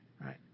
right